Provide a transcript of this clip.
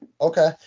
Okay